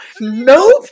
nope